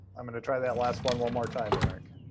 i'm going to try that last one one more time, eric.